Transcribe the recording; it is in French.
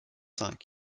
cinq